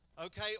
Okay